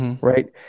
Right